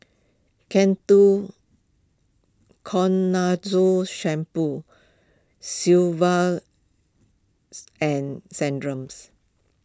Ketoconazole Shampoo Sigvaris and Centrums